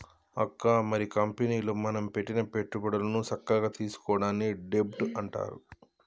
అక్క మరి కంపెనీలో మనం పెట్టిన పెట్టుబడులను సక్కగా తీసుకోవడాన్ని డెబ్ట్ అంటారు